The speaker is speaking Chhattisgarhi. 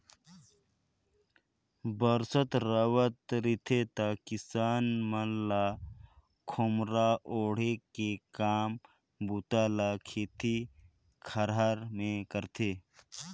बरसा हावत रिथे त किसान मन खोम्हरा ओएढ़ के काम बूता ल खेती खाएर मे करथे